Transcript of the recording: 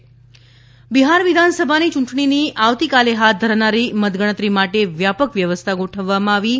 બિહાર મતગણતરી બિહાર વિધાનસભાની ચૂંટણીની આવતીકાલે હાથ ધરાનારી મતગણતરી માટે વ્યાપક વ્યવસ્થા ગોઠવવામાં આવી છે